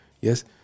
Yes